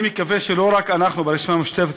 אני מקווה שלא רק אנחנו ברשימה המשותפת,